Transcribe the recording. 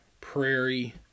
prairie